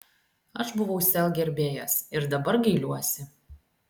aš buvau sel gerbėjas ir dabar gailiuosi